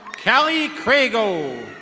kelly craigo.